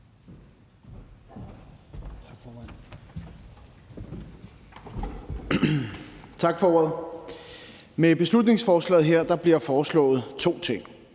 Tak for ordet. Med beslutningsforslaget her bliver der foreslået to ting.